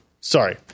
Sorry